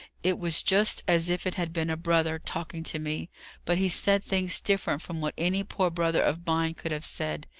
it was just as if it had been a brother talking to me but he said things different from what any poor brother of mine could have said,